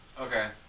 Okay